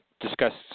Discussed